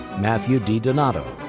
matthew didonato.